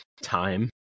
time